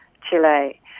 Chile